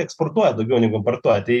eksportuoja daugiau negu importuoja tai